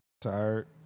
Tired